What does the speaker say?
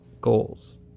goals